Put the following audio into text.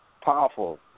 powerful